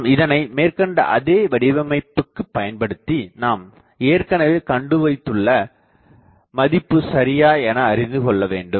நாம் இதனை மேற்கண்ட அதே வடிவமைப்புக்கு பயன்படுத்தி நாம் ஏற்கனவே கண்டுவைத்துள்ள மதிப்பு சரியா எனஅறிந்துகொள்ள வேண்டும்